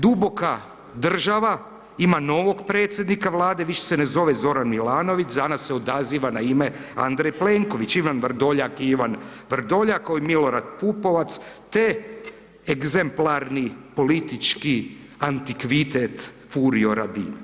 Duboka država ima novog predsjednika Vlade, više se ne zove Zoran Milanović, danas se odaziva na ime Andrej Plenković, Ivan Vrdoljak i Ivan Vrdoljak, kao i Milorad Popovac, te egzemplarni politički antikvitet Furio Radin.